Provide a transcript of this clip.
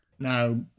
Now